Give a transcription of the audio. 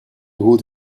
woot